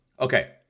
okay